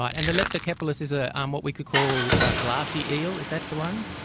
and the leptocephalus is ah um what we could call a glassy eel, is that the one?